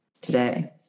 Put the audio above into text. today